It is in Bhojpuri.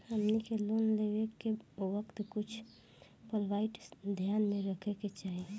हमनी के लोन लेवे के वक्त कुछ प्वाइंट ध्यान में रखे के चाही